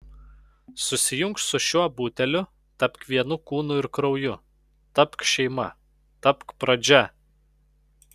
susijunk su šiuo buteliu tapk vienu kūnu ir krauju tapk šeima tapk pradžia